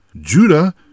Judah